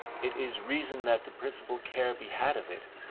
it is reason that the principal care be had of it,